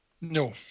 No